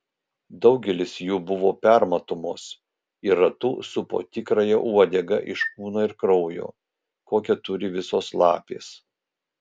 daugelis jų buvo permatomos ir ratu supo tikrąją uodegą iš kūno ir kraujo kokią turi visos lapės